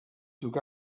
took